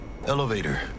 Elevator